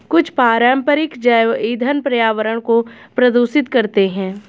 कुछ पारंपरिक जैव ईंधन पर्यावरण को प्रदूषित करते हैं